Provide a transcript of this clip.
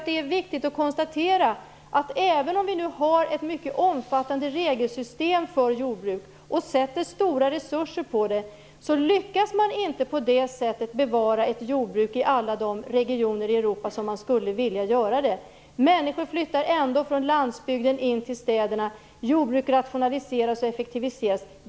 Det är viktigt att konstatera att även om vi har ett mycket omfattande regelsystem för jordbruk och lägger stora resurser på det så lyckas man inte på det sättet bevara ett jordbruk i alla de regioner i Europa som man skulle vilja. Människor flyttar ändå från landsbygden in till städerna. Jordbruket rationaliseras och effektiviseras.